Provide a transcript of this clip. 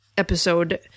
Episode